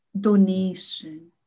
donation